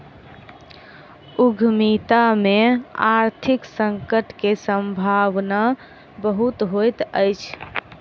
उद्यमिता में आर्थिक संकट के सम्भावना बहुत होइत अछि